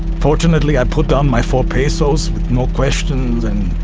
fortunately, i put down my four pesos with no questions and.